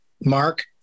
Mark